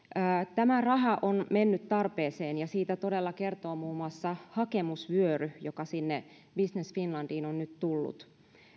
tämä raha on mennyt tarpeeseen ja siitä todella kertoo muun muassa hakemusvyöry joka sinne business finlandiin on nyt tullut